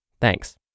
Thanks